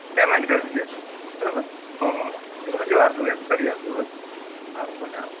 payment કરી દઇશું બરાબર તો જોજો આટલું એક કરી આપજો બરોબર સારું ભલે ચાલો